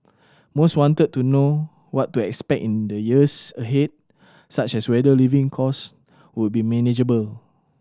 most wanted to know what to expect in the years ahead such as whether living cost would be manageable